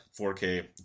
4k